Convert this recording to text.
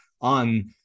on